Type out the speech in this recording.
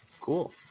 Cool